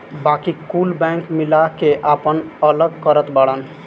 बाकी कुल बैंक मिला के आपन अलग करत बाड़न